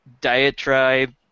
diatribe